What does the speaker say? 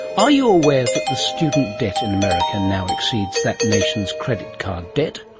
ah you aware that the student debt in america now exceeds that nation's credit card debt?